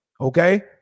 Okay